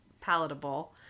palatable